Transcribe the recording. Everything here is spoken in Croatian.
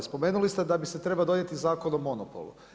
Spomenuli ste da biste trebali donijeti zakon o monopolu.